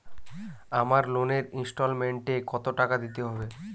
আমার লোনের ইনস্টলমেন্টৈ কত টাকা দিতে হবে?